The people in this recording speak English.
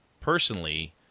personally